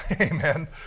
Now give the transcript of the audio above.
Amen